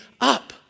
up